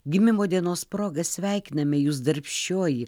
gimimo dienos proga sveikiname jus darbščioji